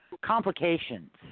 Complications